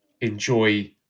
enjoy